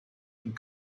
and